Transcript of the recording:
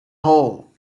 hole